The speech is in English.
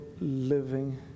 living